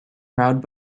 proud